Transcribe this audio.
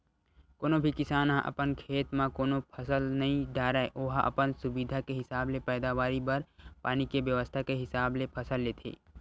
कोनो भी किसान ह अपन खेत म कोनो फसल नइ डारय ओहा अपन सुबिधा के हिसाब ले पैदावारी बर पानी के बेवस्था के हिसाब ले फसल लेथे